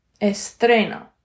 Estreno